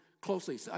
closely